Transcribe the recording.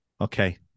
Okay